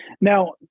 Now